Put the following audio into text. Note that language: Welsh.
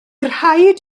rhaid